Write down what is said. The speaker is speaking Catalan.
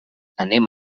anem